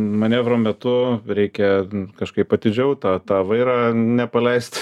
manevro metu reikia kažkaip atidžiau tą tą vairą nepaleist